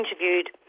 interviewed